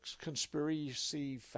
conspiracy